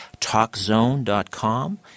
TalkZone.com